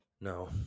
No